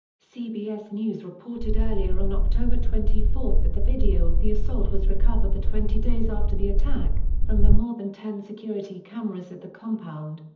cbs news reported earlier on october twenty four that the video of the assault was recovered twenty days after the attack, from the more than ten security cameras at the compound.